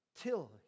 till